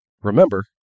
Remember